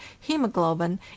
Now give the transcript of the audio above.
hemoglobin